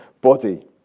body